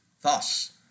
Thus